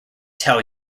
tell